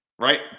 right